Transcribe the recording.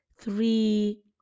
three